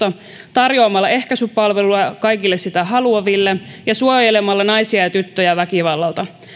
tarjoamalla ehkäisypalveluja kaikille niitä haluaville ja suojelemalla naisia ja tyttöjä väkivallalta